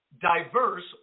diverse